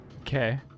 okay